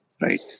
right